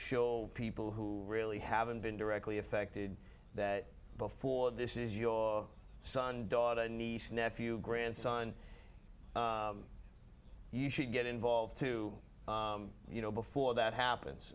show people who really haven't been directly affected that before this is your son daughter niece nephew grandson you should get involved too you know before that happens